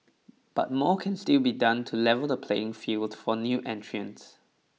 but more can still be done to level the playing field for new entrants